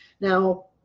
now